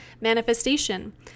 Manifestation